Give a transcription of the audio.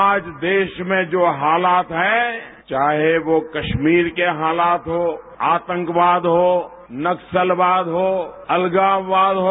आज देश में जो हालात हैं चाहे वो कश्मीर के हालात हो आतंकवाद हो नक्सलवाद हो अलगाववाद हो